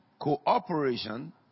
Cooperation